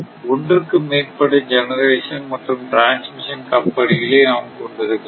ஒன்றுக்கு மேற்பட்ட ஜெனரேஷன் மற்றும் டிரான்ஸ்மிஷன் கம்பெனிகளை நாம் கொண்டிருக்கலாம்